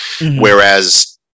Whereas